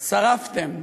שרפתם.